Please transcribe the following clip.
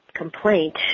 complaint